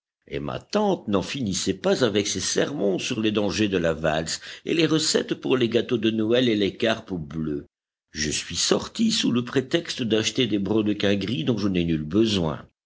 et ma tante n'en finissait pas avec ses sermons sur les dangers de la valse et les recettes pour les gâteaux de noël et les carpes au bleu je suis sortie sous le prétexte d'acheter des brodequins gris dont je n'ai nul besoin